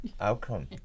outcome